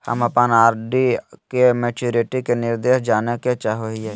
हम अप्पन आर.डी के मैचुरीटी के निर्देश जाने के चाहो हिअइ